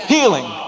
Healing